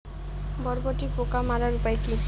বরবটির পোকা মারার উপায় কি?